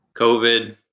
COVID